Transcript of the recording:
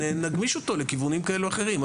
נגמיש אותו לכיוונים כאלה או אחרים.